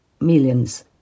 millions